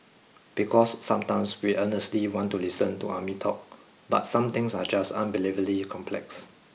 because sometimes we earnestly want to listen to army talk but some things are just unbelievably complex